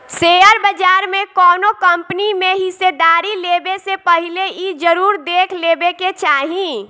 share बाजार में कौनो कंपनी में हिस्सेदारी लेबे से पहिले इ जरुर देख लेबे के चाही